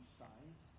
size